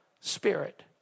Spirit